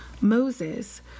Moses